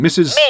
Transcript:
Mrs